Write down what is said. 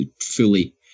fully